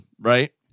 right